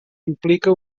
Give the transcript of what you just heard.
implica